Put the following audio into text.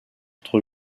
entre